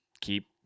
keep